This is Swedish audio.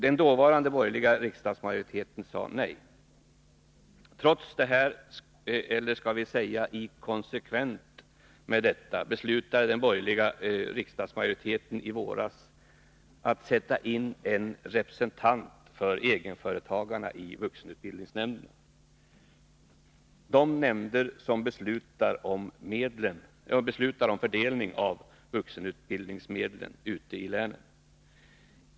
Den dåvarande borgerliga riksdagsmajoriteten sade nej. Trots detta, eller skall vi säga, i konsekvens med detta, beslutade den borgerliga riksdagsmajoriteten i våras att sätta in en representant för egenföretagarna i vuxenutbildningsnämnderna — de nämnder som beslutar om fördelningen av vuxenutbildningsmedlen ute i länen.